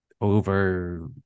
over